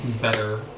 better